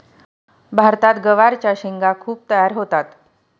भारतात गवारच्या शेंगा खूप तयार होतात